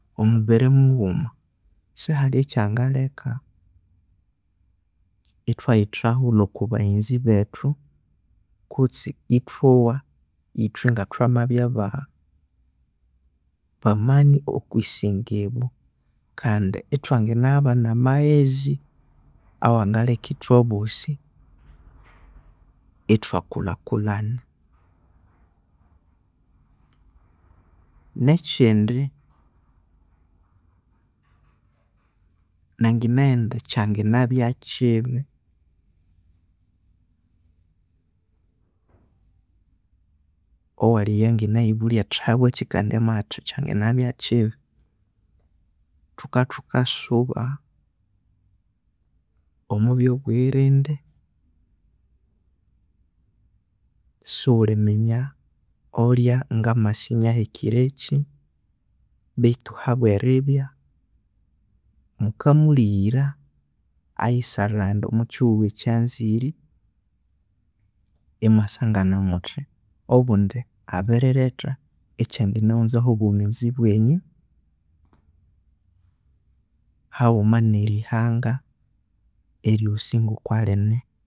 Omubiri mughuma, sighalhe ekyangalheka ithwayithahulha okwa baghenzi bethu kutse ithwowa ithwe ngathwamabya baa mani okusinga iboo kandi ithwanginaghabana amaghezi wangaleka ithwaboosi ithwakulhakulhana nekindi nanginabugha indi kyanginabya kibi, owaali eyo anginaghibulhya athi habwaaki kandi amabugha athi kyanginabya kiibi, thukabya thikasuba omwa byobughirinde sighulhiminya olhya ngamasa iniahekire eki beithu habweribya mukamulhighira ayisalhaghande omwa kihughu ekyanzire imwasangana muthi obundi abiri lhetha ekyanganaghunzaho obwomezi bwenyu haghuma nerihanga eryoosi ngoko lhine.